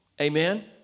Amen